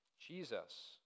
Jesus